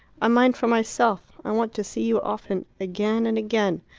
mind for myself. i want to see you often again and again.